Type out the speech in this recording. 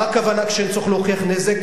מה הכוונה כשאין צורך להוכיח נזק?